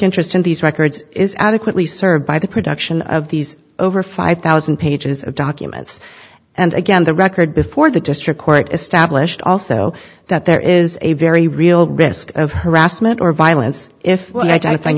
interest in these records is adequately served by the production of these over five thousand pages of documents and again the record before the district court established also that there is a very real risk of harassment or violence if i